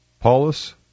Paulus